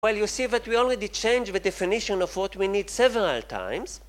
כשאתה רואה שאנחנו כבר שיניו את ההגדרה של מה שאנחנו צריכים כמה פעמים